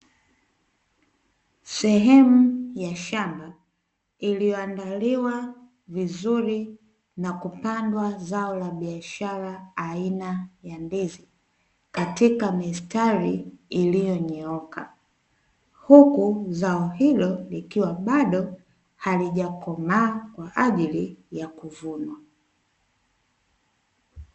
Sehemu ya shamba iliyoandaliwa vizuri na kupandwa zao la biashara aina ya ndizi katika mistari iliyonyooka, huku zao hilo likiwa bado halijakomaa kwa ajili ya kuvunwa.